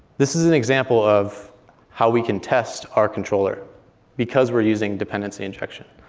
this is an example of how we can test our controller because we're using dependency injection.